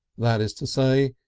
that is to say,